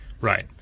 Right